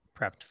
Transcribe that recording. prepped